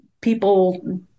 people